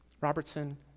Robertson